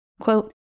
Quote